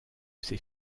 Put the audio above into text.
ses